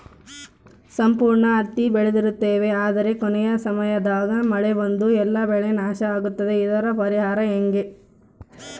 ಸಂಪೂರ್ಣ ಹತ್ತಿ ಬೆಳೆದಿರುತ್ತೇವೆ ಆದರೆ ಕೊನೆಯ ಸಮಯದಾಗ ಮಳೆ ಬಂದು ಎಲ್ಲಾ ಬೆಳೆ ನಾಶ ಆಗುತ್ತದೆ ಇದರ ಪರಿಹಾರ ಹೆಂಗೆ?